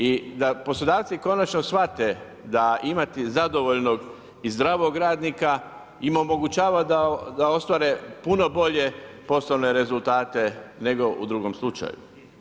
I da poslodavci konačno shvate da imati zadovoljnog i zdravog radnika im omogućava da ostvare puno bolje poslovne rezultate, nego u drugom slučaju.